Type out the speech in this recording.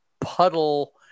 puddle